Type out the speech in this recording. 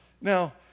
Now